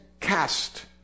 cast